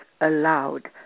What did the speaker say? allowed